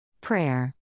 Prayer